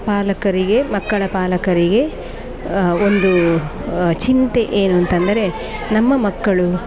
ಪಾಲಕರಿಗೆ ಮಕ್ಕಳ ಪಾಲಕರಿಗೆ ಒಂದು ಚಿಂತೆ ಏನು ಅಂತಂದರೆ ನಮ್ಮ ಮಕ್ಕಳು